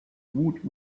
woot